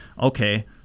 okay